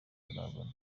turabona